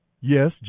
Yes